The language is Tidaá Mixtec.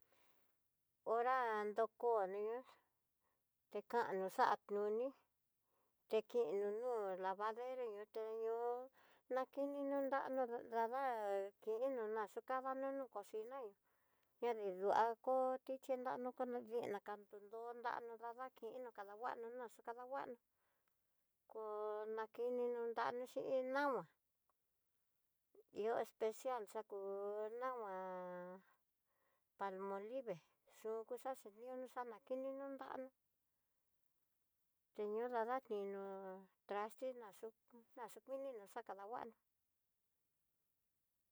Hora dokoni'ó xhikando xa'a ñiuní, tekino no'o, lavadero ño'o te ñu'u, nakino nrano dada kino naxhukaba nunoko xhina'i ñanidua koti xhinanro kanadiená kandu'u ndo nraro dadakino kananguanó naxú kadanguana ko'o nakinono nranó xí iin nama ihó especial xakú nama palmolivé yukú xaxi ni'ú xanakini nu nrana xhinodadakino trastena nachú naxukuinina xa kanguana.